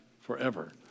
forever